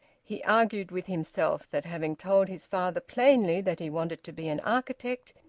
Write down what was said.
he argued with himself that having told his father plainly that he wanted to be an architect,